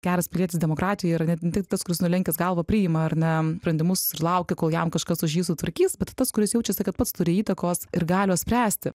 geras pilietis demokratijoj yra ne tiktai tik tas kuris nulenkęs galvą priima ar ne sprendimus ir laukia kol jam kažkas už jį sutvarkys bet tas kuris jaučiasi kad pats turi įtakos ir galios spręsti